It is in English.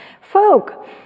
folk